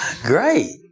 Great